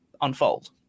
unfold